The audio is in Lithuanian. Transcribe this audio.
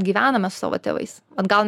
gyvename su savo tėvais vat gal